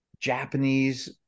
Japanese